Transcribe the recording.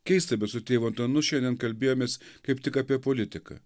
keista bet su tėvu antanu šiandien kalbėjomės kaip tik apie politiką